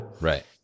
Right